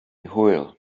hwyl